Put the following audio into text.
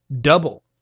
double